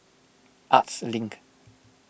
Arts Link